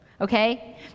okay